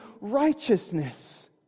righteousness